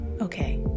Okay